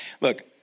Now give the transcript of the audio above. Look